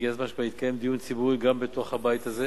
הגיע כבר הזמן שיתקיים דיון ציבורי גם בתוך הבית הזה